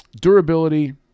durability